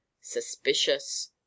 suspicious